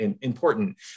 important